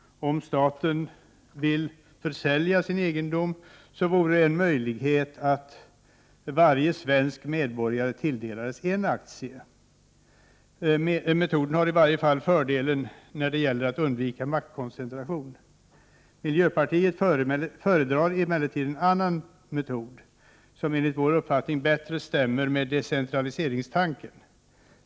Om staten vill försälja sin egendom, så vore en möjlighet att varje svensk medborgare tilldelades en aktie. Metoden har i varje fall fördelar när det gäller att undvika maktkoncentration. Miljöpartiet föredrar emellertid en annan metod, som enligt vår uppfattning bättre stämmer med decentraliseringstanken.